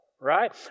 Right